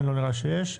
לא נראה לי שיש.